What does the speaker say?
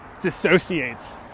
dissociates